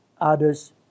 others